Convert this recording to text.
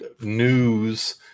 news